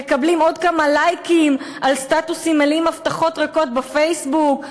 ומקבלים עוד כמה לייקים על סטטוסים מלאים הבטחות ריקות בפייסבוק,